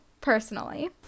personally